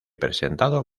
presentado